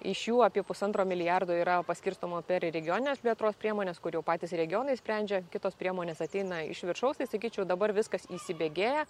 iš jų apie pusantro milijardo yra paskirstoma per regionines plėtros priemones kur jau patys regionai sprendžia kitos priemonės ateina iš viršaus tai sakyčiau dabar viskas įsibėgėję